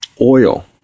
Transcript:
oil